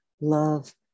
love